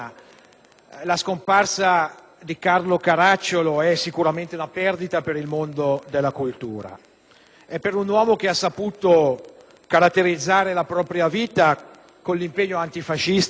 La scomparsa di Carlo Caracciolo rappresenta sicuramente una perdita per il mondo della cultura, la perdita di un uomo che ha saputo caratterizzare la propria vita con l'impegno antifascista